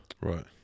Right